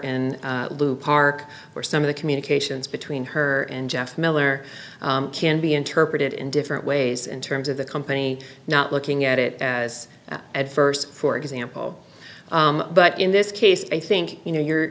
and lou park were some of the communications between her and jeff miller can be interpreted in different ways in terms of the company not looking at it as at st for example but in this case i think you know your